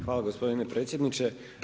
Hvala gospodine predsjedniče.